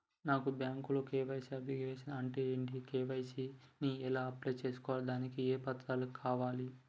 నాకు బ్యాంకులో KYC abbreviation అంటే ఏంటి కే.వై.సీ ని ఎలా అప్లై చేసుకోవాలి దానికి ఏ పత్రాలు కావాలి?